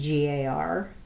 GAR